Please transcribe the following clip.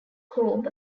cobb